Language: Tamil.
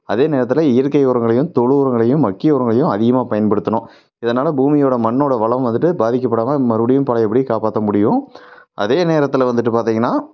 அதே நேரத்தில் இயற்கை உரங்களையும் தொழு உரங்களையும் மக்கிய உரங்களையும் அதிகமாக பயன்படுத்தணும் இதனால் பூமியோட மண்ணோட வளம் வந்துவிட்டு பாதிக்கப்படாமல் மறுபடியும் பழையபடி காப்பாற்ற முடியும் அதே நேரத்தில் வந்துவிட்டு பார்த்திங்கன்னா